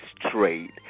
trade